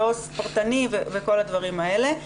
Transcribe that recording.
ועו"ס פרטני וכל הדברים האלה,